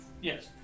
yes